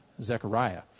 Zechariah